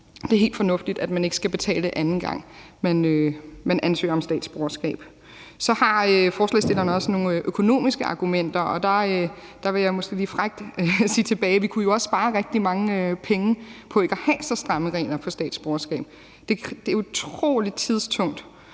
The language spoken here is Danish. det er helt fornuftigt, at man ikke skal betale, anden gang man ansøger om statsborgerskab. Så har forslagsstillerne også nogle økonomiske argumenter, og der vil jeg måske lige frækt sige tilbage: Vi kunne jo også spare rigtig mange penge på ikke at have så stramme regler for statsborgerskab. Det er utrolig tidstungt